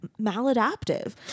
maladaptive